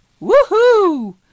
Woohoo